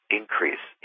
increase